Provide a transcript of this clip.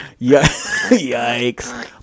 yikes